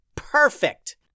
Perfect